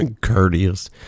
courteous